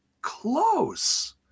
close